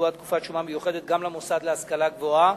לקבוע תקופת שומה מיוחדת גם למוסד להשכלה גבוהה,